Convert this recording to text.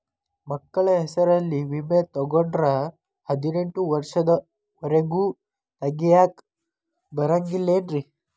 ಮಕ್ಕಳ ಹೆಸರಲ್ಲಿ ವಿಮೆ ತೊಗೊಂಡ್ರ ಹದಿನೆಂಟು ವರ್ಷದ ಒರೆಗೂ ತೆಗಿಯಾಕ ಬರಂಗಿಲ್ಲೇನ್ರಿ?